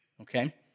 Okay